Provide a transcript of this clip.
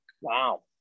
Wow